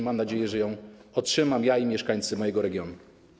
Mam nadzieję, że ją otrzymam, ja i mieszkańcy mojego regionu.